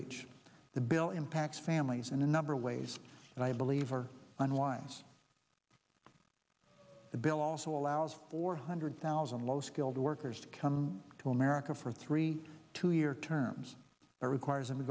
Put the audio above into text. h the bill impacts families in a number of ways and i believe our unwise bill also allows four hundred thousand low skilled workers to come to america for three two year terms that requires them to